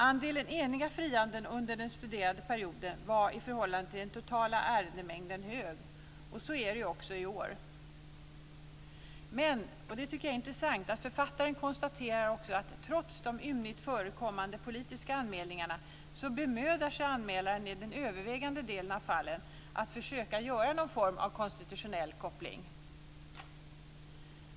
Andelen eniga frianden under den studerade perioden var i förhållande till den totala ärendemängden hög, och så är det ju också i år. Men jag tycker att det är intressant att författaren också konstaterar att trots de ymnigt förekommande politiska anmälningarna bemödar sig anmälaren i den övervägande delen av fallen att försöka göra någon form av konstitutionell koppling.